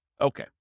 Okay